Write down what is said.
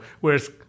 whereas